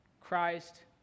Christ